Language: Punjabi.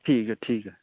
ਠੀਕ ਹੈ ਠੀਕ ਹੈ